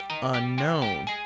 unknown